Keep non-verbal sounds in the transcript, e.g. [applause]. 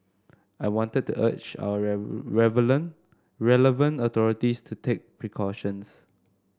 I wanted to urge our [unintelligible] relevant authorities to take precautions